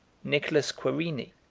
nicholas querini,